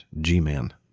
G-Man